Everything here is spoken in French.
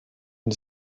une